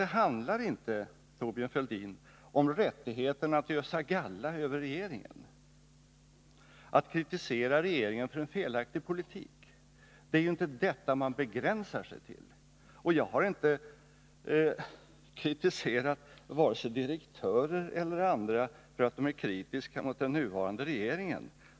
Det handlar inte, Thorbjörn Fälldin, om rättigheten att ösa galla över regeringen. Att kritisera regeringen för en felaktig politik — det är ju inte detta man begränsar sig till. Jag har inte kritiserat vare sig direktörer eller andra för att de är kritiska mot den nuvarande regeringen.